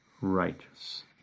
righteous